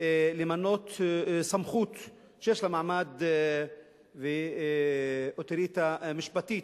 למנות סמכות שיש לה מעמד ואוטוריטה משפטית,